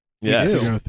Yes